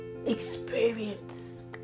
experience